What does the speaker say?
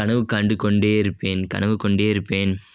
கனவு கண்டு கொண்டு இருப்பேன் கனவு கொண்டு இருப்பேன்